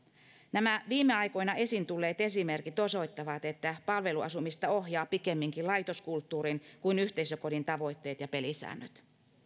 nämä viime aikoina esiin tulleet esimerkit osoittavat että palveluasumista ohjaavat pikemminkin laitoskulttuurin kuin yhteisökodin tavoitteet ja pelisäännöt